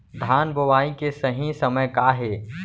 धान बोआई के सही समय का हे?